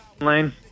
Lane